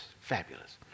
Fabulous